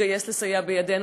שהתגייס לסייע בידינו,